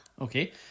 Okay